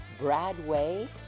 Bradway